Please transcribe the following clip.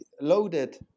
loaded